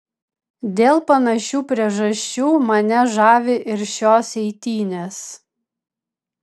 dėl panašių priežasčių mane žavi ir šios eitynės